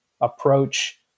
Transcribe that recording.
approach